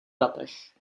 datech